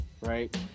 right